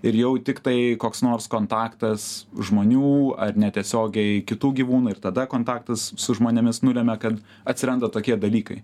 ir jau tiktai koks nors kontaktas žmonių ar netiesiogiai kitų gyvūnų ir tada kontaktas su žmonėmis nulemia kad atsiranda tokie dalykai